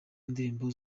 indirimbo